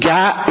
God